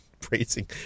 praising